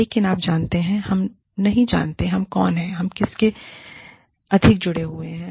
लेकिन आप जानते हैं हम नहीं जानते हम कौन हैं हम किससे अधिक जुड़े हुए हैं